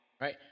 right